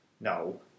No